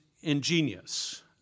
ingenious